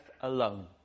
alone